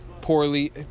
poorly